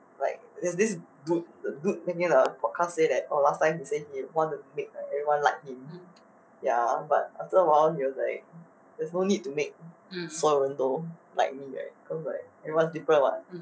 like there's this dude dude in the class last time he say want to make everyone like him ya but after a while he was like there's no need to make someone know him everyone different [what]